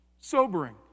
Sobering